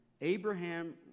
Abraham